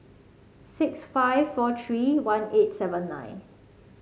six five four three one eight seven nine